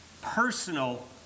personal